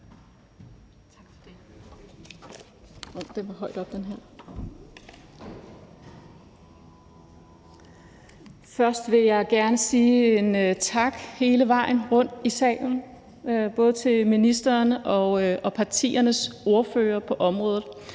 Først vil jeg gerne sige tak hele vejen rundt i salen, både til ministeren og partiernes ordførere på området,